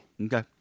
Okay